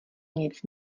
nic